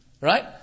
Right